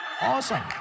Awesome